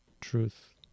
truth